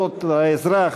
נתקבלה.